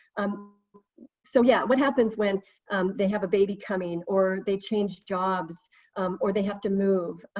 um so yeah what happens when they have a baby coming or they change jobs or they have to move?